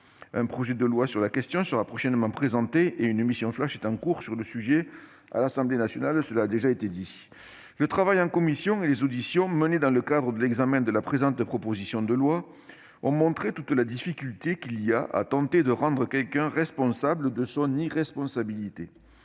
Un projet de loi sur la question sera prochainement présenté et une mission flash est en cours sur le sujet à l'Assemblée nationale- les précédents orateurs l'ont déjà rappelé. Le travail en commission, notamment les auditions menées dans le cadre de l'examen du présent texte, a montré toute la difficulté qu'il y a à tenter de rendre quelqu'un responsable de son irresponsabilité.